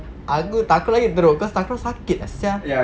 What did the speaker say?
aku takraw lagi drop cause takraw sakit ah sia